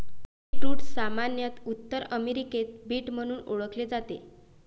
beetroot सामान्यत उत्तर अमेरिकेत बीट म्हणून ओळखले जाते